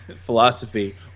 philosophy